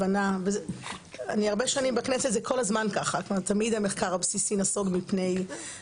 אבל לא הבנתי איך אפשר להמליץ לבנות מכון חדש לחקר הסביבה לפני שממליצים